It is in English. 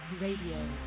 RADIO